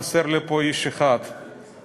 חסר לי פה איש אחד כרגע,